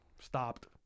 stopped